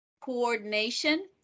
coordination